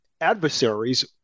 adversaries